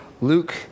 Luke